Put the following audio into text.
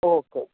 okay